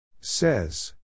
Says